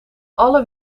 alle